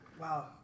Wow